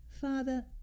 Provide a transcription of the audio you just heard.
Father